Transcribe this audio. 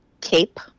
Cape